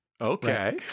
Okay